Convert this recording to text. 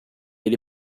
ele